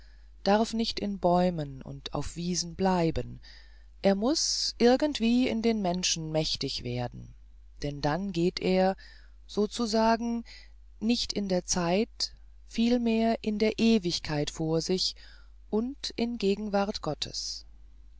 darf nicht in bäumen und auf wiesen bleiben er muß irgendwie in den menschen mächtig werden denn dann geht er sozusagen nicht in der zeit vielmehr in der ewigkeit vor sich und in gegenwart gottes